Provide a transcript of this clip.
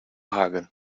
hageln